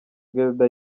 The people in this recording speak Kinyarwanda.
guelda